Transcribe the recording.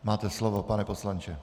Máte slovo, pane poslanče.